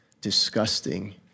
disgusting